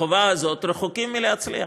בחובה הזאת רחוקים מלהצליח.